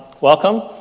Welcome